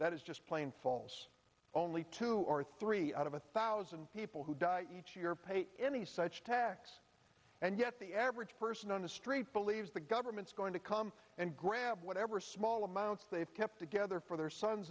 that is just plain false only two or three out of a thousand people who die each year pay any such tax and yet the average person on the street believes the government's going to come and grab whatever small amounts they have kept together for their sons